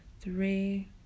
three